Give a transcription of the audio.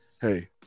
hey